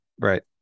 right